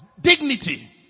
dignity